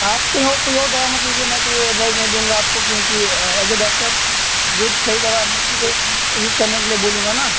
आप कहीं और कोई और दवा मत लीजिए मैं तो यह एड्वाइज़ नहीं दूँगा आपको क्योंकि ऐज़ ए डॉक्टर जो सही दवा है हम उसी को यूज़ करने के लिए बोलूँगा ना